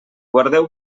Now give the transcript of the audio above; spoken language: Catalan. guardeu